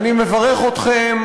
אני רוצה לפתוח בברכה לאורחים